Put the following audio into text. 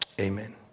Amen